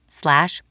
slash